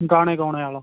ਗਾਣੇ ਗਾਉਣ ਵਾਲਾ